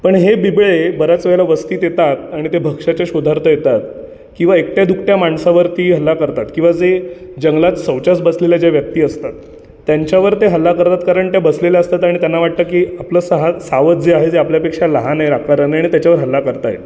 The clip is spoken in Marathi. पण हे बिबळे बऱ्याच वेळेला वस्तीत येतात आणि ते भक्ष्याच्या शोधार्थ येतात किंवा एकट्यादुकट्या माणसावरती हल्ला करतात किंवा जे जंगलात शौचास बसलेल्या ज्या व्यक्ती असतात त्यांच्यावर ते हल्ला करतात कारण त्या बसलेल्या असतात आणि त्यांना वाटतं की आपलं सहा सावज जे आहे जे आपल्यापेक्षा लहान आहे राखकारनए आणि त्याच्यावर हल्ला करता आहेत